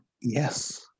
yes